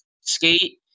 skate